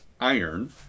iron